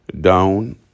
down